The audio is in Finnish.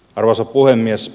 arvoisa puhemies